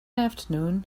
afternoon